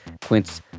Quince